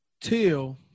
Till